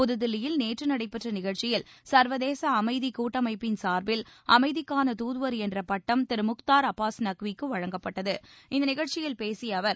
புதுதில்லியில் நேற்று நடைபெற்ற நிகழ்ச்சியில் சர்வதேச அமைதி கூட்டமைப்பின் சார்பில் அமைதிக்கான என்ற பட்டம் தூதுவர் திரு முக்தார் அப்பாஸ் நக்விக்கு வழங்கப்பட்டது இந்த நிகழ்ச்சியில் பேசிய அவர்